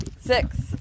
six